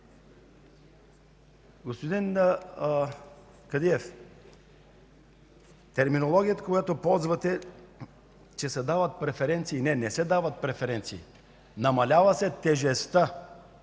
Господин Кадиев, терминологията, която ползвате, че се дават преференции – не се дават преференции, а се намалява тежестта